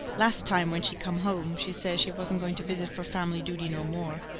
last time when she come home she said she wasn't going to visit for family duty no more.